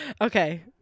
Okay